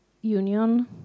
union